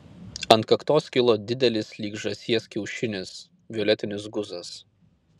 ant kaktos kilo didelis lyg žąsies kiaušinis violetinis guzas